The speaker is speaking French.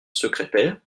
secrétaire